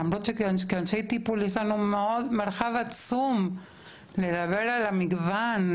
למרות שכאנשי טיפול יש לנו מרחב עצום לדבר על המגוון,